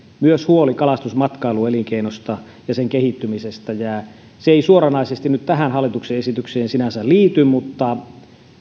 myös huoli kalastusmatkailuelinkeinosta ja sen kehittymisestä se ei suoranaisesti nyt tähän hallituksen esitykseen sinänsä liity mutta